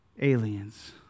aliens